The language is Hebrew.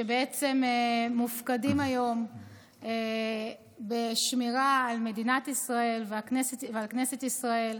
שבעצם מופקדים היום על השמירה על מדינת ישראל ועל כנסת ישראל.